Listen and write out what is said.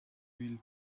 will